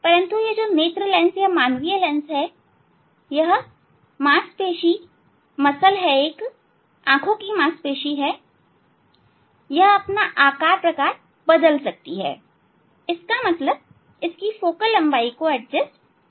परंतु मानवीय लेंस यह मांसपेशी यह आंखों की मांसपेशी है यह अपना आकार प्रकार बदल सकती है इसका मतलब यह इसकी फोकल लंबाई को एडजस्ट कर सकती है